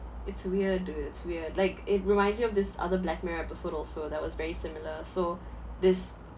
it's weird dude it's weird like it reminds me of this other black mirror episode also that was very similar so this